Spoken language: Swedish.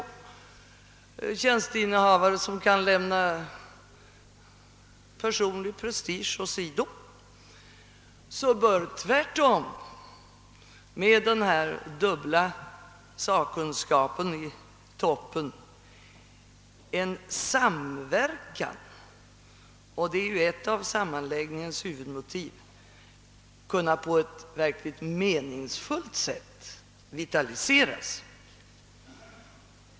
Om man får tjänstinnehavare som kan lämna personlig prestige åsido, bör tvärtom med den dubbla sakkunskapen i toppen en samverkan — och det är ju ett av sammanläggningens huvudmotiv — kunna på ett verkligt meningsfullt sätt vitaliseras.